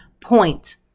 point